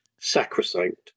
sacrosanct